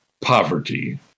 Poverty